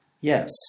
Yes